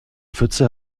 pfütze